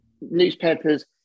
newspapers